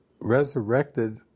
resurrected